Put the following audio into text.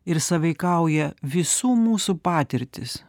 ir sąveikauja visų mūsų patirtys